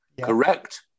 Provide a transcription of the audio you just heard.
Correct